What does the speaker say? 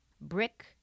Brick